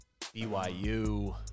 BYU